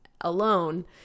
alone